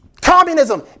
Communism